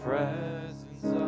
Presence